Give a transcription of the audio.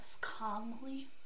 calmly